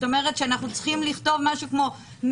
כלומר אנחנו צריכים לכתוב מינימום